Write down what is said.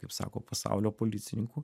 kaip sako pasaulio policininku